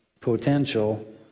potential